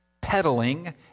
peddling